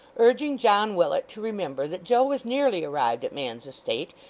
urging john willet to remember that joe was nearly arrived at man's estate,